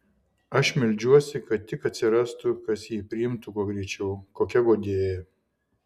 aš meldžiuosi kad tik atsirastų kas jį priimtų kuo greičiau kokia guodėja